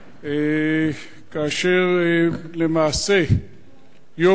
כאשר למעשה יום-יום,